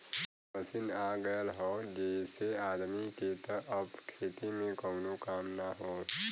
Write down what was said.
machine आ गयल हौ जेसे आदमी के त अब खेती में कउनो काम ना हौ